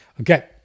Okay